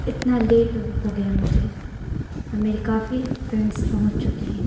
اتنا لیٹ ہو گیا مجھے میرے کافی فرینڈس پہنچ چکی ہے